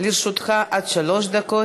לרשותך עד שלוש דקות.